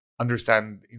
understand